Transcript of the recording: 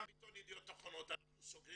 גם בעיתון ידיעות אחרונות אנחנו סוגרים